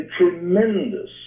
tremendous